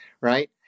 right